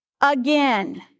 again